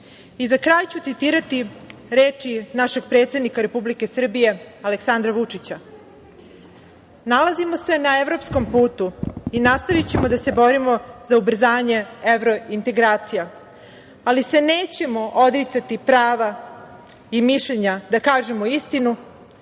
kraj ću citirati reči našeg predsednika Republike Srbije, Aleksandra Vučića – nalazimo se na evropskom putu i nastavićemo da se borimo za ubrzanje evrointegracija, ali se nećemo odricati prava i mišljenja da kažemo istinu